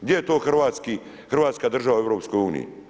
Gdje je to Hrvatska država u EU?